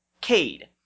Cade